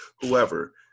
whoever